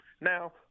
Now